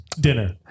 dinner